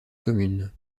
commune